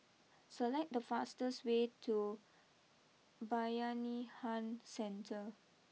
select the fastest way to Bayanihan Centre